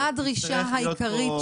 מה הדרישה הנקודתית